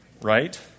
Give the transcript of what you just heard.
right